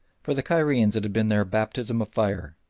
for the cairenes it had been their baptism of fire.